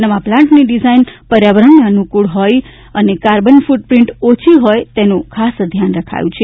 નવા પ્લાન્ટની ડિઝાઇન પર્યાવરણને અનુકૂળ હોય અને કાર્બન ફૂટ પ્રિન્ટ ઓછી હોય તેનું ખાસ ધ્યાન રખાયું છે